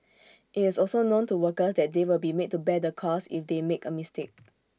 IT is also known to workers that they will be made to bear the cost if they make A mistake